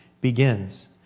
begins